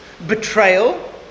Betrayal